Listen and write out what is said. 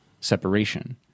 separation